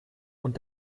und